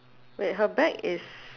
wait her bag is